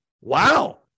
Wow